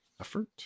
effort